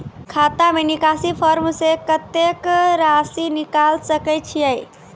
खाता से निकासी फॉर्म से कत्तेक रासि निकाल सकै छिये?